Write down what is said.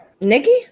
Nikki